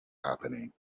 happening